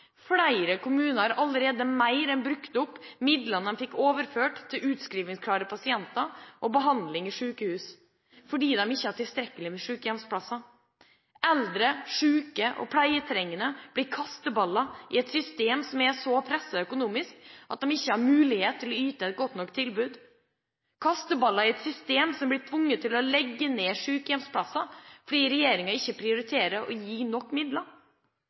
Flere kommuner har allerede mer enn brukt opp midlene de fikk overført til utskrivningsklare pasienter og behandling i sykehus, fordi de ikke har tilstrekkelig med sykehjemsplasser. Eldre, syke og pleietrengende blir kasteballer i et system som er så presset økonomisk at man ikke har mulighet til å yte et godt nok tilbud. De blir kasteballer i et system som blir tvunget til å legge ned sykehjemsplasser fordi regjeringen ikke prioriterer å gi nok midler.